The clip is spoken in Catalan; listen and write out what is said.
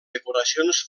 decoracions